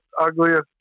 ugliest